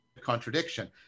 contradiction